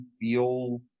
feel